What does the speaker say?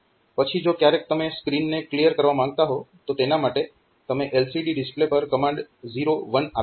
પછી જો ક્યારેક તમે સ્ક્રીનને ક્લીયર કરવા માંગતા હોવ તો તેના માટે તમે LCD ડિસ્પ્લે પર કમાન્ડ 01 આપી શકો